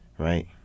Right